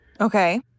Okay